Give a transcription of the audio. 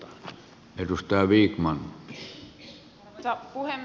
arvoisa puhemies